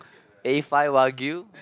A five wagyu